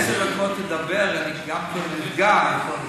יש לי עשר דקות לדבר, אני גם כן, נכון?